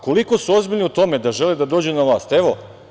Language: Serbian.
Koliko su ozbiljni u tome da žele da dođu na vlast?